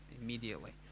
immediately